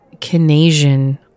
Canadian